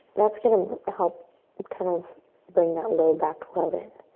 that's going to help kind of bring that low back love in.